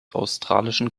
australischen